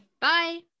Bye